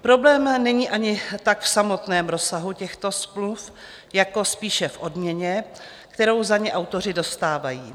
Problém není ani tak v samotném rozsahu těchto smluv jako spíše v odměně, kterou za ně autoři dostávají.